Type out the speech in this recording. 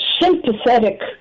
sympathetic